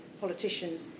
politicians